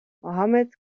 mohammed